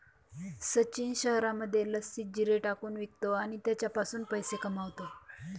सचिन शहरामध्ये लस्सीत जिरे टाकून विकतो आणि त्याच्यापासून पैसे कमावतो